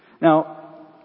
Now